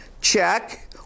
Check